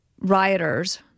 rioters